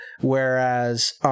whereas